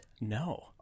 No